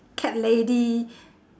cat lady